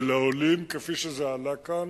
ולעולים, כפי שזה עלה כאן,